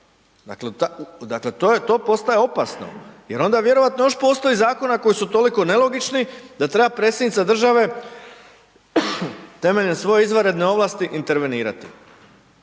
to je, to postaje opasno, jer onda vjerojatno još postoje Zakona koji su toliko nelogični da treba predsjednica države temeljem svoje izvanredne ovlasti, intervenirati.